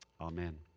Amen